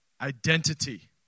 identity